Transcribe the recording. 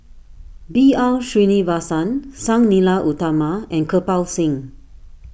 B R Sreenivasan Sang Nila Utama and Kirpal Singh